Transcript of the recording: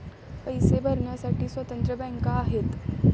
पैसे भरण्यासाठी स्वतंत्र बँका आहेत